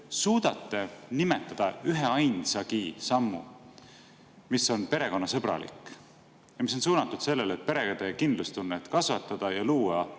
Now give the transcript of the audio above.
suudate siis nimetada üheainsagi sammu, mis on perekonnasõbralik ja mis on suunatud sellele, et perede kindlustunnet kasvatada ja luua